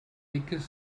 dickes